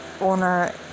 owner